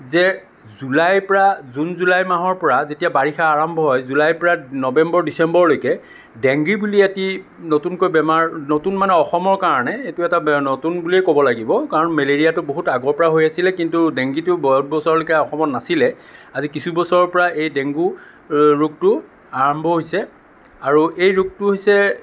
যে জুলাইৰ পৰা জুন জুলাই মাহৰ পৰা যেতিয়া বাৰিষা আৰম্ভ হয় জুলাইৰ পৰা নৱেম্বৰ ডিচেম্বৰলৈকে ডেংগী বুলি এটি নতুনকৈ বেমাৰ নতুন মানে অসমৰ কাৰণে এইটো এটা নতুন বুলিয়ে ক'ব লাগিব কাৰণ মেলেৰিয়াটো বহুত আগৰ পৰা হৈ আছিল কিন্তু ডেংগীটো বহুত বছৰলৈকে অসমত নাছিলে আজি কিছু বছৰৰ পৰা এই ডেংগু ৰোগটো আৰম্ভ হৈছে আৰু এই ৰোগটো হৈছে